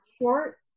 short